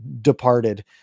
departed